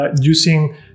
using